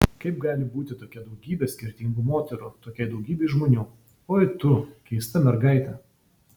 kaip gali būti tokia daugybe skirtingų moterų tokiai daugybei žmonių oi tu keista mergaite